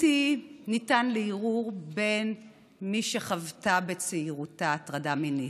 הבלתי-ניתן לערעור למי שחוותה בצעירותה הטרדה מינית.